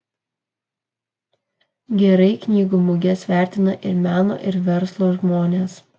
gerai knygų muges vertina ir meno ir verslo žmonės